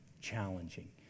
challenging